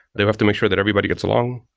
you have to make sure that everybody gets along.